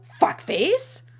fuckface